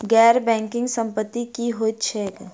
गैर बैंकिंग संपति की होइत छैक?